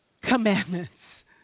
commandments